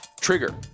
trigger